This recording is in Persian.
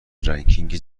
رنکینگ